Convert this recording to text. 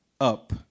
up